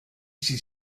sie